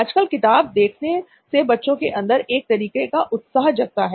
आजकल किताब देखने से बच्चों के अंदर एक तरीके का उत्साह जगता है